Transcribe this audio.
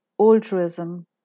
altruism